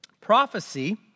Prophecy